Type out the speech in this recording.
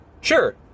Sure